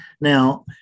Now